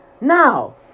Now